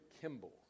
Kimball